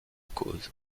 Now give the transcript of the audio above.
cause